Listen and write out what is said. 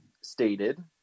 stated